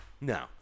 No